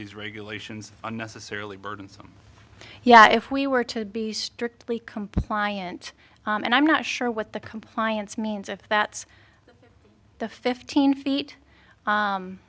these regulations unnecessarily burdensome yet if we were to be strictly compliant and i'm not sure what the compliance means if that's the fifteen feet